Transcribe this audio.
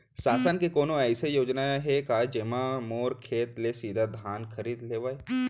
शासन के कोनो अइसे योजना हे का, जेमा मोर खेत ले सीधा धान खरीद लेवय?